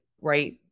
right